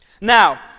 Now